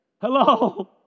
Hello